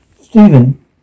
Stephen